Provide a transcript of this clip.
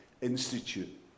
Institute